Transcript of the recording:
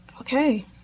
Okay